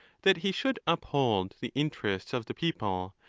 that he should uphold the interests of the people,